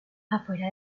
afuera